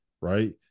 Right